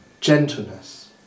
gentleness